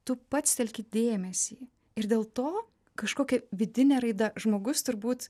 tu pats telki dėmesį ir dėl to kažkokia vidinė raida žmogus turbūt